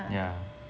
yeah